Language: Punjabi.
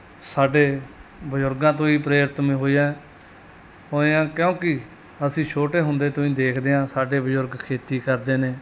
ਸਾਡੇ ਬਜ਼ੁਰਗਾਂ ਤੋਂ ਹੀ ਪ੍ਰੇਰਿਤ ਹੋਏ ਹਾਂ ਹੋਏ ਹਾਂ ਕਿਉਂਕਿ ਅਸੀਂ ਛੋਟੇ ਹੁੰਦੇ ਤੋਂ ਹੀ ਦੇਖਦੇ ਹਾਂ ਸਾਡੇ ਬਜ਼ੁਰਗ ਖੇਤੀ ਕਰਦੇ ਨੇ